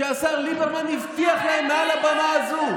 שהשר ליברמן הבטיח להם מעל הבמה הזו.